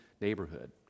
neighborhood